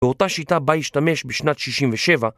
באותה שיטה בה השתמש בשנת 67